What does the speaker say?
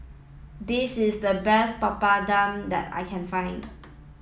this is the best Papadum that I can find